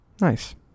Nice